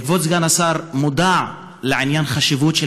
כבוד סגן השר מודע לעניין החשיבות של